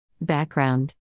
Background